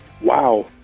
Wow